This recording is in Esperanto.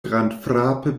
grandfrape